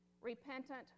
repentant